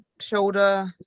shoulder